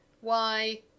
Why